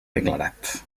declarat